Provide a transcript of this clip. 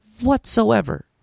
whatsoever